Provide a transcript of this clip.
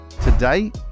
Today